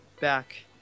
back